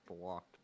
blocked